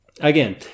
Again